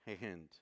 hand